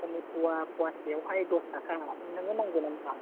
टमेट'आ पवासेआवहाय दस थाका नोंनो नांगौ नामा